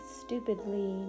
stupidly